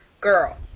Girl